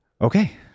Okay